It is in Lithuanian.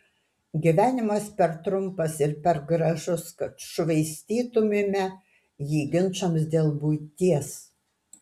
gyvenimas per trumpas ir per gražus kad švaistytumėme jį ginčams dėl buities